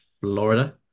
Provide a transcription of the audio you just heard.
Florida